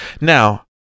Now